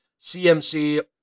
CMC